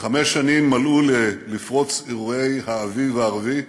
חמש שנים מלאו לפרוץ אירועי האביב הערבי,